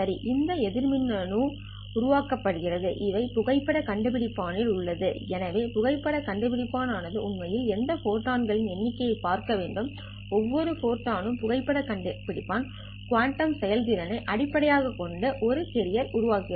சரி இந்த எதிர் மின்னணு எங்கிருந்து உருவாக்கப்படுகிறது இவை புகைப்படக் கண்டுபிடிப்பான் உள்ளது எனவே புகைப்படக் கண்டுபிடிப்பான் ஆனது உண்மையில் எந்த ஃபோட்டான் எண்ணிக்கையைப் பார்க்க வேண்டும் ஒவ்வொரு ஃபோட்டான் புகைப்படக் கண்டுபிடிப்பான் குவாண்டம் செயல்திறன் அடிப்படையாகக் கொண்டு ஒரு கேரியர் உருவாக்கும்